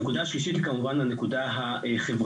הנקודה השלישית היא כמובן הנקודה החברתית.